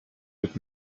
wird